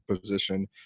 position